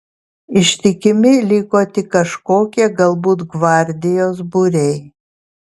ištikimi liko tik kažkokie galbūt gvardijos būriai